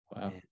wow